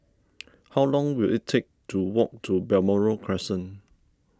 how long will it take to walk to Balmoral Crescent